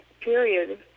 period